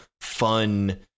fun